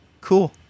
Cool